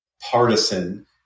partisan